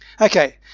Okay